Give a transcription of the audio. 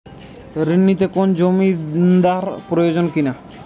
ঋণ নিতে কোনো জমিন্দার প্রয়োজন কি না?